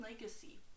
Legacy